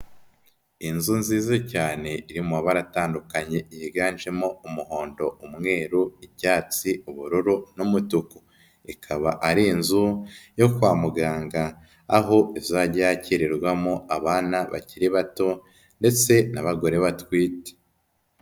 Inzu nziza cyane iri mu mabara atandukanye, yiganjemo umuhondo, umweru, icyatsi ubururu n'umutuku, ikaba ari inzu yo kwa muganga aho izajya yakirirwamo abana bakiri bato ndetse n'abagore batwite.